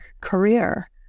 career